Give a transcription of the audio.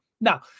now